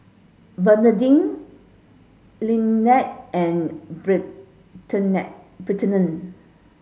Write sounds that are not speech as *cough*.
Bernardine Linette and *unintelligible*